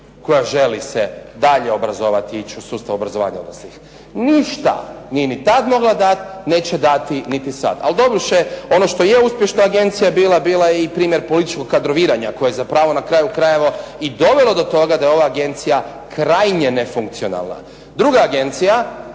koja želi se dalje obrazovati i ići u sustav obrazovanja odraslih? Ništa. Nije ni tad mogla dati, neće dati niti sad. Ali doduše ono što je uspješna agencija bila, bila je i primjer političkog kadroviranja koje je zapravo na kraju krajeva i dovelo do toga da je ova agencija krajnje nefunkcionalna. Druga Agencija